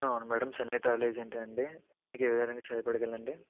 అవును madam Chennai travel ఏజెంటే అండి మీకు ఏ విధంగా సహాయపడగలను అండి